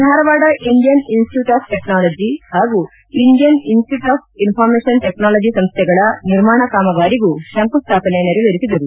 Dharwad Indian institute of technology ಹಾಗೂ Indian institute of information technology ಸಂಸ್ಹೆಗಳ ನಿರ್ಮಾಣ ಕಾಮಗಾರಿಗೂ ಶಂಕುಸ್ಥಾಪನೆ ನೆರವೇರಿಸಿದರು